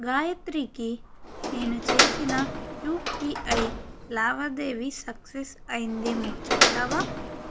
గాయత్రికి నేను చేసిన యూపిఐ లావాదేవి సక్సస్ అయ్యిందేమో చెప్తావా